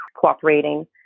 cooperating